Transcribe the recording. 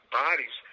bodies